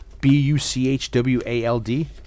B-U-C-H-W-A-L-D